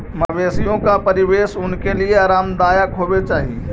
मवेशियों का परिवेश उनके लिए आरामदायक होवे चाही